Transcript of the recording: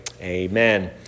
Amen